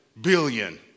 billion